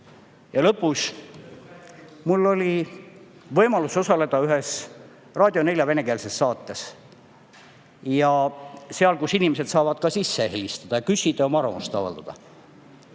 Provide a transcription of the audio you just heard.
Ja lõpuks, mul oli võimalus osaleda ühes Raadio 4 venekeelses saates, kus inimesed saavad ka sisse helistada ja oma arvamust avaldada.